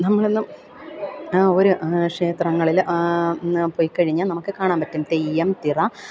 നമ്മൾ ഇന്ന് ഒരു ക്ഷേത്രങ്ങളിൽ പോയിക്കഴിഞ്ഞാൽ നമുക്ക് കാണാൻ പറ്റും തെയ്യം തിറ